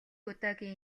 удаагийн